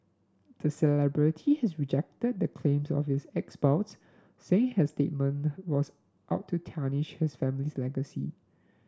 the celebrity has rejected the claims of his ex spouse saying her statement was out to tarnish his family's legacy